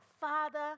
Father